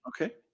okay